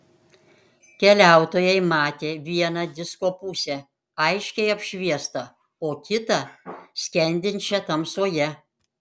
keliautojai matė vieną disko pusę aiškiai apšviestą o kitą skendinčią tamsoje